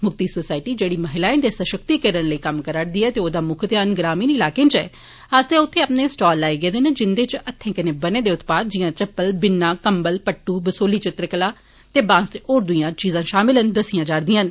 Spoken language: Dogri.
म्क्ति सोसायटी जेड़ी महिलाएं दे सशक्तिकरण लेई कम्म् करा र दी ऐ ते औदा मुक्ख ध्यान ग्रामहीण इलाके इच ऐ आस्सेया अत्थे अपने स्टाल लाए गेदे न जिन्दे इच हत्थे कन्नै बने दे उत्पाद जिया चप्पल बिन्ना कम्बल पट्ट बसोली चित्रकला ते बांस दे होर दुईयां चीजा शामल न दस्सिया जाडन